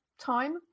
time